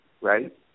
right